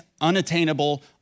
unattainable